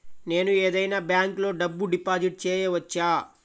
నేను ఏదైనా బ్యాంక్లో డబ్బు డిపాజిట్ చేయవచ్చా?